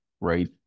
Right